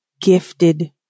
gifted